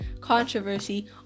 controversy